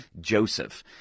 Joseph